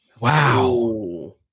Wow